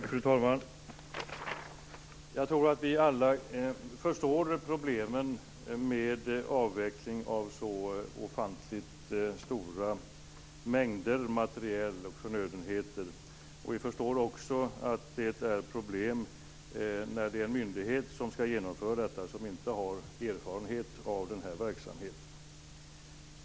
Fru talman! Jag tror att vi alla förstår problemen med avveckling av så ofantligt stora mängder materiel och förnödenheter. Vi förstår också att det är problem när det är en myndighet som ska genomföra detta som inte har erfarenhet av denna verksamhet.